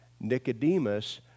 Nicodemus